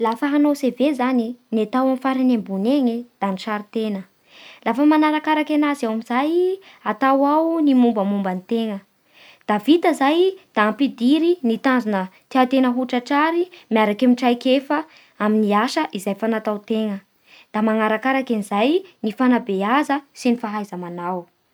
Lafa hanao CV e, ny atao amin'ny farany ambony eny da ny sarintegna, lafa manarakaraky azy amin'izay atao ao ny mombamomba antegna, da vita zay da ampidiry ny tanjona tiantegna ho tratrary miaraky amin'ny traikefa amin'ny asa izay efa nataontegna, da manarakarak'izay ny fanabeaza sy ny fahaizanao.